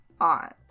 on